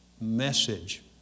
message